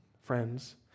friends